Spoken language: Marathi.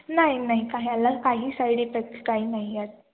नाही नाही काही आला याला काही साईड इफेक्ट काही नाही आहेत